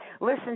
Listen